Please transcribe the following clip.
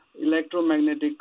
electromagnetic